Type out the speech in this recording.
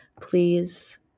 Please